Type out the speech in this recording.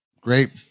great